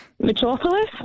Metropolis